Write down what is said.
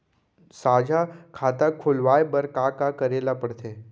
साझा खाता खोलवाये बर का का करे ल पढ़थे?